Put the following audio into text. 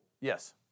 Yes